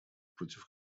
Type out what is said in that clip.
против